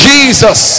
Jesus